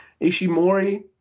Ishimori